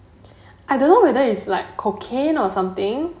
I don't know whether it's like cocaine or something